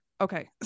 Okay